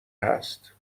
هست